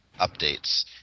updates